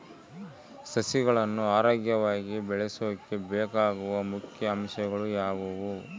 ಸಸಿಗಳನ್ನು ಆರೋಗ್ಯವಾಗಿ ಬೆಳಸೊಕೆ ಬೇಕಾಗುವ ಮುಖ್ಯ ಅಂಶಗಳು ಯಾವವು?